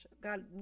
God